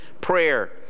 prayer